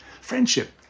Friendship